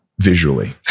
Visually